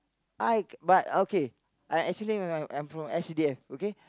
I but okay I actually I'm from S_C_D_F okay